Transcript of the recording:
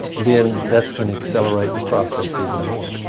then that's going to accelerate the process even more,